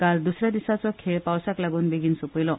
काल द्सऱ्या दिसाचो खेळ पावसाक लागून बेगीन सोपयलो